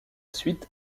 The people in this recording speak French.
suite